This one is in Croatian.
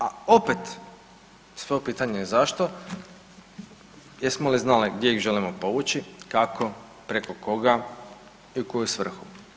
A opet 100 pitanja zašto jesmo li znali gdje ih želimo povući, kako, preko koga i u koju svrhu?